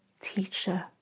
teacher